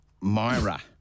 Myra